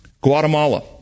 Guatemala